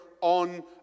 on